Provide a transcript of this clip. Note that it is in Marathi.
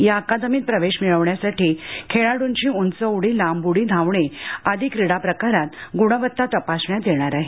या अकादमीत प्रवेश मिऴवण्यासाठी खेळाड्ंची उंच उडी लांब उडी धावणे आदी क्रीडाप्रकारात ग्णवत्ता तपासण्यात येणार आहे